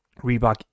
Reebok